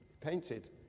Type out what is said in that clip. painted